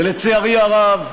ולצערי הרב,